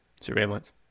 Surveillance